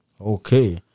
Okay